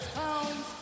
pounds